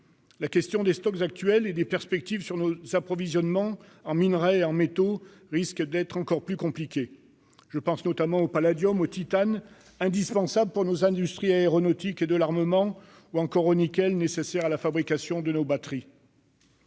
La question des stocks actuels et les perspectives quant à nos approvisionnements en minerais et en métaux risquent d'être encore plus compliquées. Je pense notamment au palladium, au titane, indispensables à nos industries aéronautiques et de l'armement, ou encore au nickel, nécessaire à la fabrication de nos batteries.